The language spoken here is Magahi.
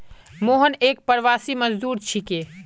मोहन एक प्रवासी मजदूर छिके